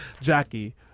Jackie